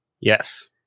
Yes